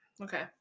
Okay